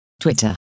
Twitter